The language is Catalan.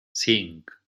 cinc